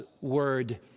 Word